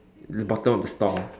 the bottom of the store